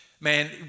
man